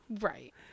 right